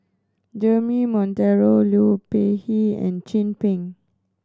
Jeremy Monteiro Liu Peihe and Chin Peng